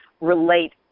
relate